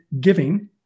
Giving